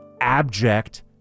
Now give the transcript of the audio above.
abject